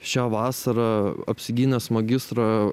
šią vasarą apsigynęs magistrą